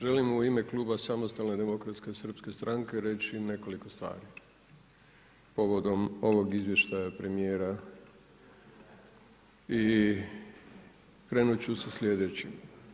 Želim u ime kluba Samostalne demokratske srpske stranke reći nekoliko stvari povodom ovog izvještaja premijera i krenut ću sa slijedećim.